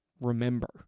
remember